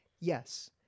Yes